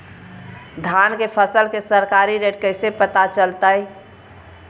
धान के फसल के सरकारी रेट कैसे पता चलताय?